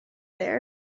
there